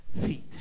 feet